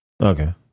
Okay